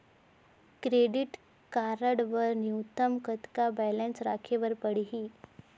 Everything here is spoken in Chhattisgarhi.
क्रेडिट कारड बर न्यूनतम कतका बैलेंस राखे बर पड़ही?